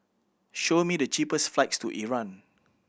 show me the cheapest flights to Iran